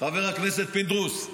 חבר הכנסת פינדרוס,